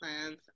plans